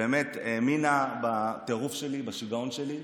שהאמינה בטירוף שלי, בשיגעון שלי,